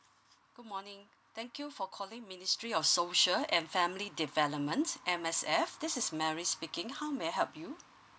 good morning thank you for calling ministry of social and family developments M_S_F this is mary speaking how may I help you